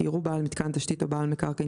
כי יראו בעל מיתקן תשתית או בעל מקרקעין